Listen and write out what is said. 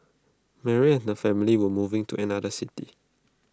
Mary and her family were moving to another city